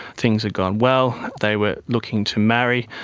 things had gone well, they were looking to marry.